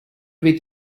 with